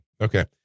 Okay